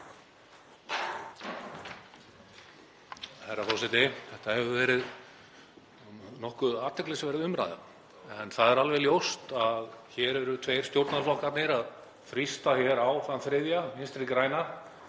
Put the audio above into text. Þetta hefur verið nokkuð athyglisverð umræða. Það er alveg ljóst að hér eru tveir stjórnarflokkarnir að þrýsta á þann þriðja, Vinstri græna,